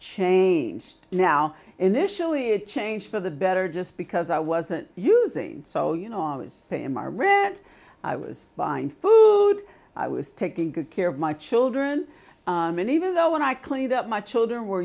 changed now initially it changed for the better just because i wasn't using so you know i was paying my rent i was buying food i was taking good care of my children and even though when i cleaned up my children were